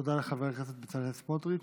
תודה לחבר הכנסת בצלאל סמוטריץ'.